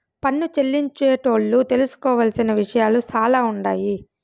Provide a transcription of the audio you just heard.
పన్ను చెల్లించేటోళ్లు తెలుసుకోవలసిన విషయాలు సాలా ఉండాయి